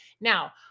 Now